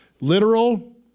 Literal